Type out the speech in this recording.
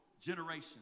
generation